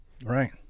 Right